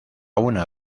una